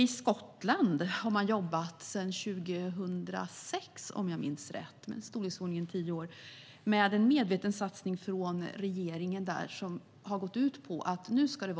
I Skottland har regeringen sedan 2006, vill jag minnas, arbetat med en medveten satsning som har gått ut på social upphandling.